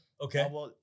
Okay